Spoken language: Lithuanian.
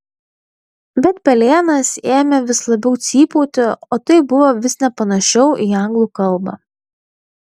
bet pelėnas ėmė vis labiau cypauti o tai buvo vis nepanašiau į anglų kalbą